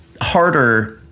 harder